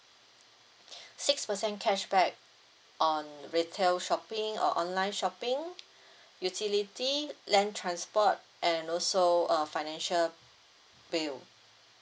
six percent cashback on retail shopping or online shopping utility land transport and also uh financial bill